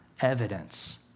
evidence